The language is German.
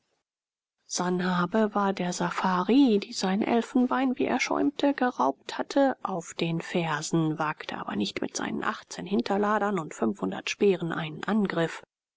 sanhabe war der safari die sein elfenbein wie er schäumte geraubt hatte auf den fersen wagte aber nicht mit seinen achtzehn hinterladern und fünfhundert speeren einen angriff